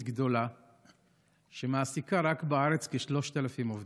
גדולה שמעסיקה רק בארץ כ-3,000 עובדים,